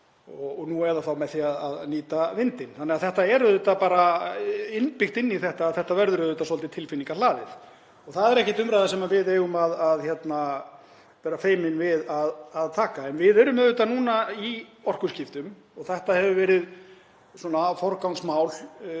eða þá með því að nýta vindinn. Það er auðvitað bara innbyggt inn í þetta að þetta verður svolítið tilfinningahlaðið. Það er ekki umræða sem við eigum að vera feimin við að taka. En við erum núna í orkuskiptum og það hefur verið forgangsmál